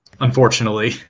unfortunately